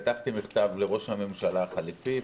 כתבתי מכתב לראש הממשלה החליפי,